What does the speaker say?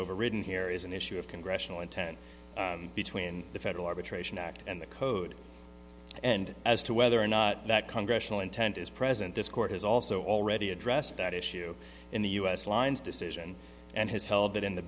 overridden here is an issue of congressional intent between the federal arbitration act and the code and as to whether or not that congressional intent is present this court has also already addressed that issue in the u s line's decision and has held that in